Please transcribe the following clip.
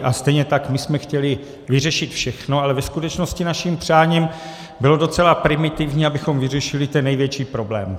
A stejně tak my jsme chtěli vyřešit všechno, ale ve skutečnosti naším přáním bylo docela primitivní, abychom vyřešili ten největší problém.